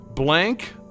Blank